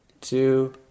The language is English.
two